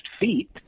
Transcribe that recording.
feet